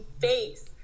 face